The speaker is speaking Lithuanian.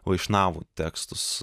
vaišnavų tekstus